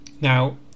Now